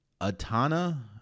Atana